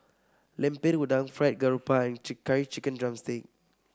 Lemper Udang Fried Garoupa and Chicken drumstick